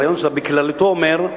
הרעיון בכללותו אומר,